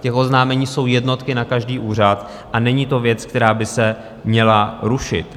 Těch oznámení jsou jednotky na každý úřad a není to věc, která by se měla rušit.